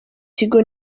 kigo